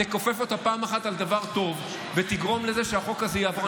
תכופף אותה פעם אחת על דבר טוב ותגרום לזה שהחוק הזה יעבור.